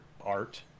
art